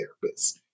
therapist